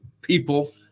people